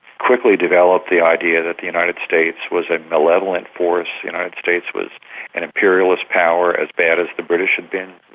quickly developed the idea that the united states was a malevolent force, the united states was an imperialist power as bad as the british had been,